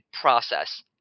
process